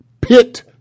pit